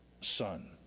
son